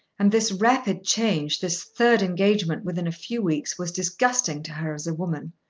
and this rapid change, this third engagement within a few weeks was disgusting to her as a woman.